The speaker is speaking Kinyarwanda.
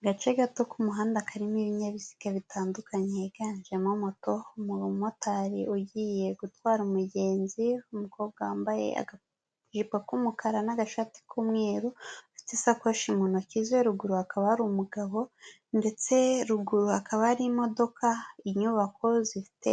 Agace gato k'umuhanda karimo ibinyabiziga bitandukanye higanjemo moto, umumotari ugiye gutwara umugenzi, umukobwa wambaye akajipo k'umukara n'agashati k'umweru ufite isakoshi mu ntoki ze, ruguru hakaba hari umugabo ndetse ruguru hakaba hari imodoka, inyubako zifite